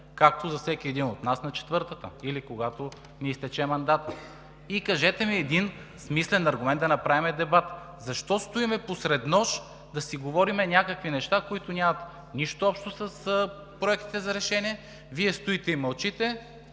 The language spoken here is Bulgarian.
както за всеки един от нас на четвъртата или когато ни изтече мандатът. Кажете ми един смислен аргумент, за да направим дебат. Защо стоим до посреднощ да си говорим някакви неща, които нямат нищо общо с проектите за решение? Вие стоите и мълчите.